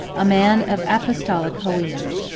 a man of apostolic holiness.